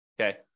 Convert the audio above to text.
Okay